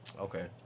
okay